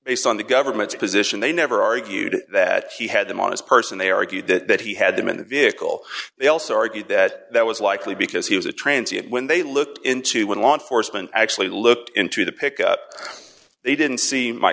based on the government's position they never argued that he had them on his person they argued that he had them in the vehicle they also argued that that was likely because he was a transit when they looked into when law enforcement actually looked into the pick up they didn't see my